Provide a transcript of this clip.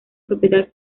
propiedad